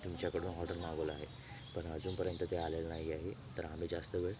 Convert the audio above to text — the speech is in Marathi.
तुमच्याकडून ऑर्डर मागवला आहे पण अजून पर्यंत ते आलेलं नाही आहे तर आम्ही जास्त वेळ